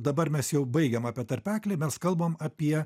dabar mes jau baigiam apie tarpeklį mes kalbam apie